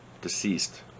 deceased